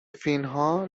فینها